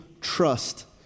trust